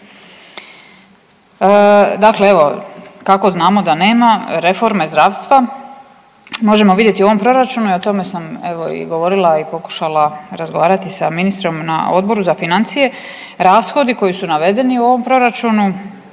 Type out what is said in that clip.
Dakle, evo, kako znamo da nema reforme zdravstva? Možemo vidjeti u ovom Proračunu i o tome sam, evo i govorila i pokušala razgovarati sa ministrom na Odboru za financije, rashodi koji su navedeni u ovom proračunu